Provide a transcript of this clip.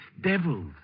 devil's